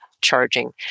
charging